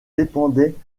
dépendait